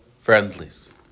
friendlies